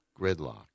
gridlock